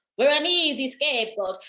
we're an easy scapegoat.